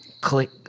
Click